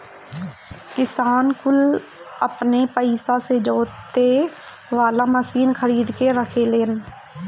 किसान कुल अपने पइसा से जोते वाला मशीन खरीद के रखेलन